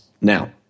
Now